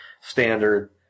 standard